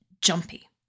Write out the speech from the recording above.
jumpy